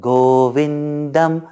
Govindam